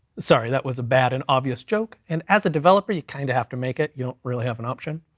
sorry, that was a bad, and obvious joke, and as a developer you kind of have to make it, you don't really have an option,